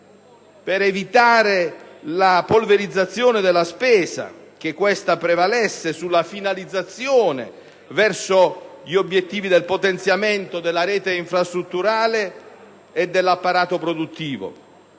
per evitare la polverizzazione della spesa e che questa prevalesse sulla finalizzazione verso gli obiettivi del potenziamento della rete infrastrutturale e dell'apparato produttivo.